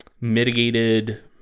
mitigated